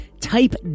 Type